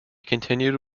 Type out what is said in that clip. continued